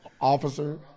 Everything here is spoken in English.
Officer